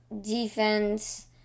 defense